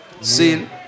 See